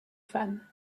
fans